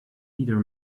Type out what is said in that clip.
either